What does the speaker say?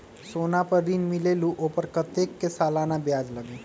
सोना पर ऋण मिलेलु ओपर कतेक के सालाना ब्याज लगे?